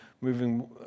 moving